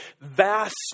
vast